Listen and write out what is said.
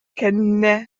кэннэ